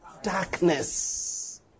darkness